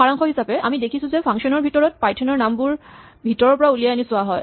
সাৰাংশ হিচাপে আমি দেখিছো যে ফাংচন ৰ ভিতৰতে পাইথন ৰ নামবোৰ ভিতৰৰ পৰা উলিয়াই আনি চোৱা যায়